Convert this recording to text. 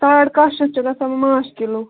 ساڈ کاہ شٮ۪تھ چھُ گَژھان ماچھ کِلو